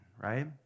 right